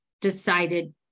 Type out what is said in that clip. decided